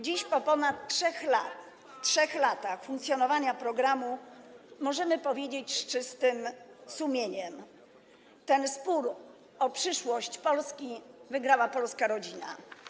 Dziś, po ponad 3 latach funkcjonowania programu, możemy powiedzieć z czystym sumieniem: ten spór o przyszłość Polski wygrała polska rodzina.